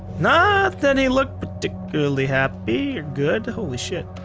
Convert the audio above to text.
not that he looked particularly happy. you're good holy shit.